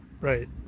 Right